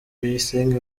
bayisenge